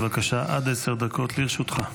בבקשה, עד עשר דקות לרשותך.